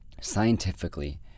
scientifically